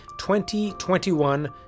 2021